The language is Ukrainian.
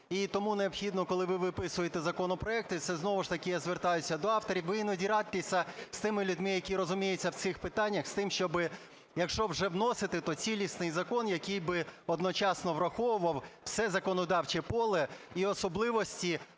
І тому необхідно, коли ви виписуєте законопроекти, це знову ж таки я звертаюся до авторів, ви іноді радьтеся з тими людьми, які розуміються в цих питаннях, з тим, щоб, якщо вже вносити, то цілісний закон, який би одночасно враховував все законодавче поле і особливості